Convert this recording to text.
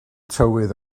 tywydd